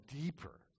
deeper